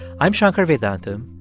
i'm shankar vedantam,